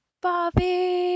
Bobby